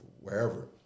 wherever